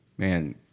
Man